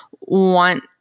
want